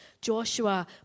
Joshua